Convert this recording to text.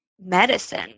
medicine